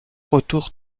retourne